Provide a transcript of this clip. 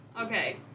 Okay